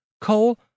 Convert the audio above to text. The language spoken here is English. Cole